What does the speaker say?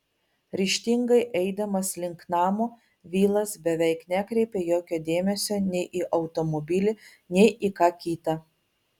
ryžtingai eidamas link namo vilas beveik nekreipia jokio dėmesio nei į automobilį nei į ką kita